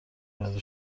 برا